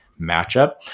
matchup